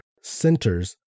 centers